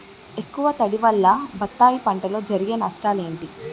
ఎక్కువ తడి వల్ల బత్తాయి పంటలో జరిగే నష్టాలేంటి?